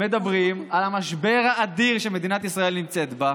מדברים על המשבר האדיר שמדינת ישראל נמצאת בו,